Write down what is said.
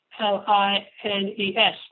L-I-N-E-S